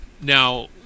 Now